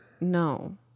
No